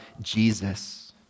Jesus